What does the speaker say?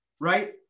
right